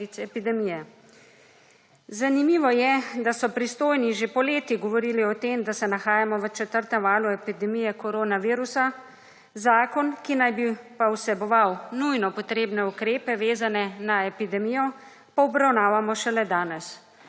Zanimivo je, da so pristojni že poleti govorili o tem, da se nahajamo v četrtem valu epidemije korona virusa, zakon ki naj bi pa vseboval nujno potrebne ukrepe vezane na epidemijo pa obravnavamo šele danes.